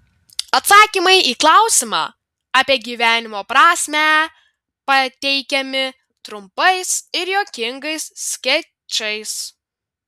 atsakymai į klausimą apie gyvenimo prasmę pateikiami trumpais ir juokingais skečais